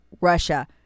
Russia